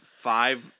five